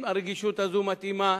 אם הרגישות הזו מתאימה